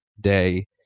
day